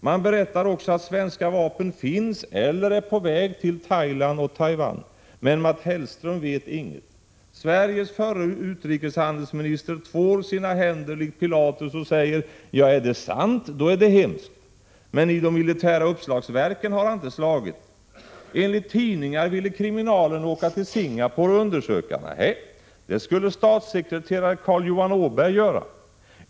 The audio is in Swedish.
De berättar också att svenska vapen finns eller är på väg till Thailand och Taiwan, men Mats Hellström vet ingenting. Sveriges förre utrikeshandelsminister tvår sina händer likt Pilatus och säger: Om det är sant är det hemskt. Men han har inte slagit i de militära uppslagsverken. Enligt tidningar ville kriminalpolisen åka till Singapore och undersöka saken, men det skulle i stället statssekreterare Carl Johan Åberg göra.